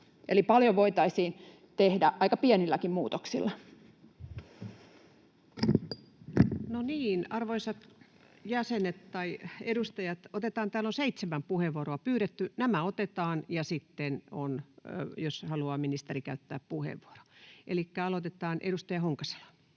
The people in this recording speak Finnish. Eli paljon voitaisiin tehdä aika pienilläkin muutoksilla. No niin, arvoisat edustajat, täällä on seitsemän puheenvuoroa pyydetty. Nämä otetaan ja sitten ministeri, jos hän haluaa käyttää puheenvuoron. — Elikkä aloitetaan, edustaja Honkasalo.